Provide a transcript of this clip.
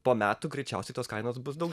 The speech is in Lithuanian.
po metų greičiausiai tos kainos bus daug